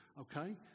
Okay